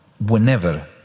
Whenever